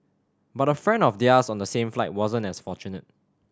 but a friend of theirs on the same flight wasn't as fortunate